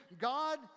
God